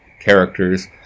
characters